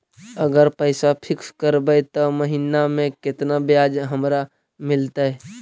अगर पैसा फिक्स करबै त महिना मे केतना ब्याज हमरा मिलतै?